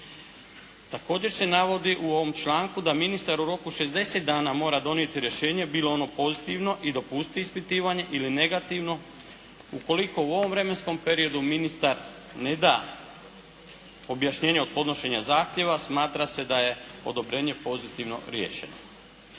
Također se navodi u ovom članku da ministar u roku 60 dana mora donijeti rješenje bilo ono pozitivno i dopustiti ispitivanje ili negativno. Ukoliko u ovom vremenskom periodu ministar ne da objašnjenje od podnošenja zahtjeva smatra se da je odobrenje pozitivno riješeno.